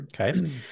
Okay